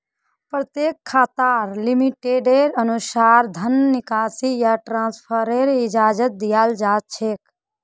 प्रत्येक खाताक लिमिटेर अनुसा र धन निकासी या ट्रान्स्फरेर इजाजत दीयाल जा छेक